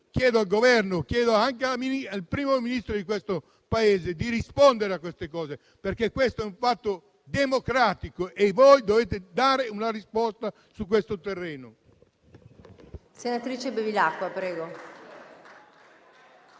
chiedere al Governo e al Primo Ministro di questo Paese di rispondere a queste domande, perché questo è un problema di democrazia e voi dovete dare una risposta su questo terreno.